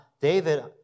David